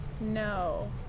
no